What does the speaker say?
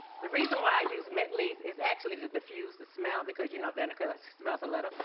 the reason why i use mint leaves is actually to diffuse the smell because you know vinegar smells a little,